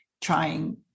trying